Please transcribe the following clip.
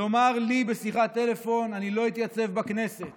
לומר לי בשיחת טלפון: אני לא אתייצב בכנסת